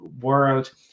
world